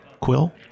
quill